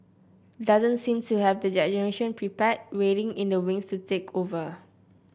doesn't seem to have that generation prepared waiting in the wings to take over